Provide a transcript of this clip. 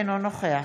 אינו נוכח